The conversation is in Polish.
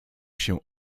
się